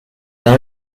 dans